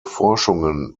forschungen